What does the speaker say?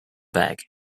bag